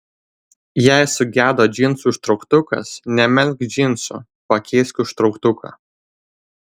jei sugedo džinsų užtrauktukas nemesk džinsų pakeisk užtrauktuką